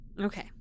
Okay